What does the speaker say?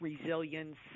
resilience